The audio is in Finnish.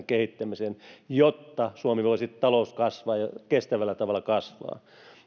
kehittämiseen jotta suomessa voisi talous kasvaa ja kasvaa kestävällä tavalla